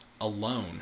alone